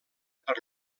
per